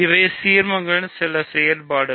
இவை சீர்மங்களின் சில செயல்பாடுகள்